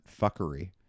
fuckery